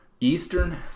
eastern